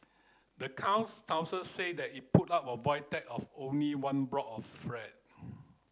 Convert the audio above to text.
the town council said it put up the Void Deck of only one block of flat